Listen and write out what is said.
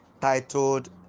titled